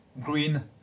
green